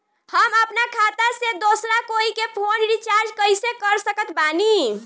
हम अपना खाता से दोसरा कोई के फोन रीचार्ज कइसे कर सकत बानी?